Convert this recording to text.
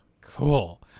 Cool